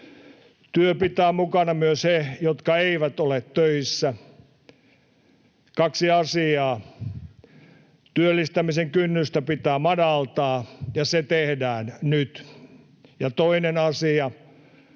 Työ pitää mukana myös ne, jotka eivät ole töissä. Kaksi asiaa: Työllistämisen kynnystä pitää madaltaa, ja se tehdään nyt. Ja toinen asia: